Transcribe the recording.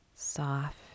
Soft